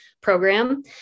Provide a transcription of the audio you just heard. program